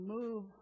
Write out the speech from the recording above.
move